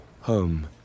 home